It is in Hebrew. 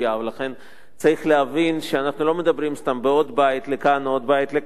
ולכן צריך להבין שאנחנו לא מדברים סתם בעוד בית לכאן או עוד בית לכאן,